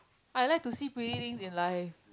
I like to see pretty things in life